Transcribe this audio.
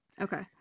Okay